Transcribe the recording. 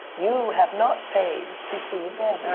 you have not paid to see